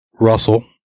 Russell